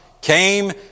came